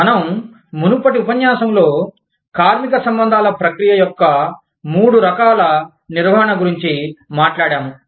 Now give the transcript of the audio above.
మనం మునుపటి ఉపన్యాసంలో కార్మిక సంబంధాల ప్రక్రియ యొక్క మూడు రకాల నిర్వహణ గురించి మాట్లాడాము